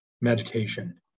meditation